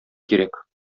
кирәк